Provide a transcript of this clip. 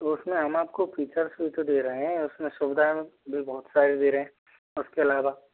उसमें हम अपको फीचर्स भी दे रहे हैं सुविधाएँ भी बहुत सारी दे रहे है उसके अलावा